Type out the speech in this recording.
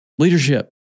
Leadership